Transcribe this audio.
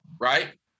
right